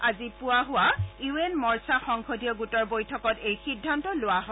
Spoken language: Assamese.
আজি পুৱা হোৱা ইউ এন মৰ্চা সংসদীয় গোটৰ বৈঠকত এই সিদ্ধান্ত লোৱা হয়